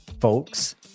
folks